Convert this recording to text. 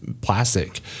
plastic